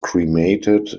cremated